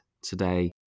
today